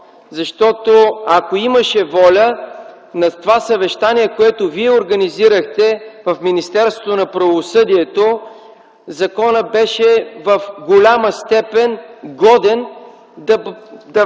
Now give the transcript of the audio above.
Защото ако имаше воля на това съвещание, което Вие организирахте в Министерството на правосъдието, законът беше в голяма степен годен да бъде